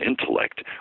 intellect